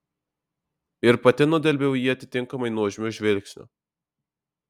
ir pati nudelbiau jį atitinkamai nuožmiu žvilgsniu